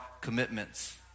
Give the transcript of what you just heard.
commitments